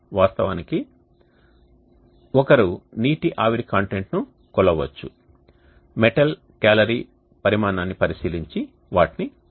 వాస్తవానికి ఒకరు నీటి ఆవిరి కంటెంట్ను కొలవవచ్చు మెటల్ క్యాలరీ పరిమాణాన్ని పరిశీలించి వాటిని పొందవచ్చు